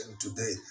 today